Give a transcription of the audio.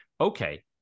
okay